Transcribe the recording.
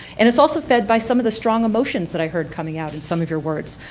and it's also fed by some of the strong emotions that i heard coming out in some of your words,